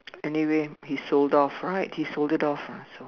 anyway he sold off right he sold it off ah so